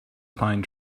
pine